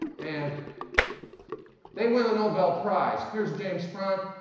and they win a nobel prize. here's james franck.